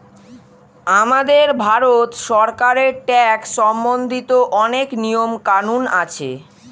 আমাদের ভারত সরকারের ট্যাক্স সম্বন্ধিত অনেক নিয়ম কানুন আছে